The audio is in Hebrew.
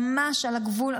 זה ממש על הגבול,